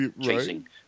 Chasing